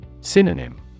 Synonym